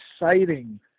exciting